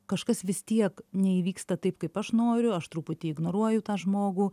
kažkas vis tiek neįvyksta taip kaip aš noriu aš truputį ignoruoju tą žmogų